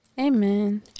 amen